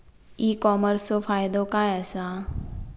E कॉमर्सचो फायदो काय असा?